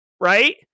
right